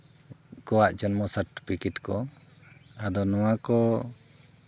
ᱠᱚᱣᱟᱜ ᱡᱚᱱᱢᱚ ᱥᱟᱨᱴᱚᱯᱷᱤᱠᱮᱴ ᱠᱚ ᱟᱫᱚ ᱱᱚᱣᱟᱠᱚ